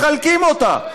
מחלקים אותה,